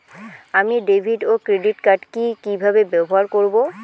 আমি ডেভিড ও ক্রেডিট কার্ড কি কিভাবে ব্যবহার করব?